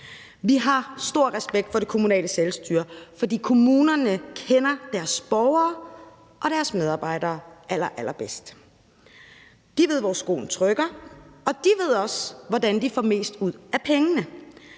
Vi har stor respekt for det kommunale selvstyre, for kommunerne kender deres borgere og deres medarbejdere allerallerbedst. De ved, hvor skoen trykker, og de ved også, hvordan de får mest ud af pengene.